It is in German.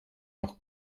noch